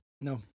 No